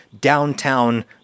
downtown